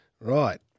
Right